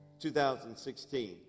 2016